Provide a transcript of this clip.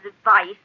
advice